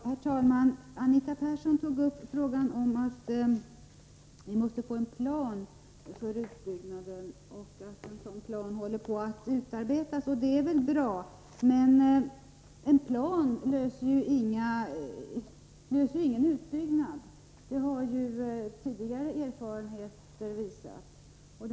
Herr talman! Anita Persson sade att vi måste få en plan för utbyggnaden av barnomsorgen och upplyste om att en sådan plan håller på att utarbetas. Det är väl bra. Men en plan medför ingen utbyggnad — det har ju tidigare erfarenheter visat.